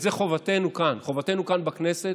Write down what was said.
את זה חובתנו כאן, חובתנו כאן בכנסת,